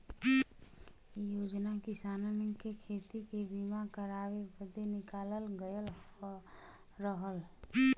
इ योजना किसानन के खेती के बीमा करावे बदे निकालल गयल रहल